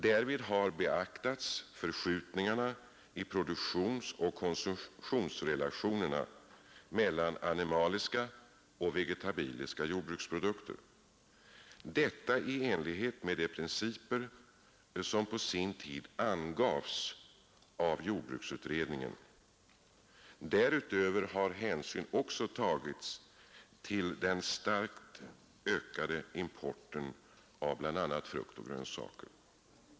Därvid har beaktats förskjutningarna i produktionsoch konsumtionsrelationerna mellan animaliska och vegetabiliska jordbruksprodukter, detta i enlighet med de principer som på sin tid angavs av jordbruksutredningen. Därutöver har hänsyn också tagits till den starkt ökade importen av bl.a. frukt och grönsaker.